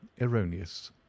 erroneous